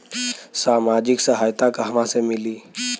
सामाजिक सहायता कहवा से मिली?